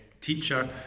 teacher